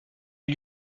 les